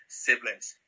siblings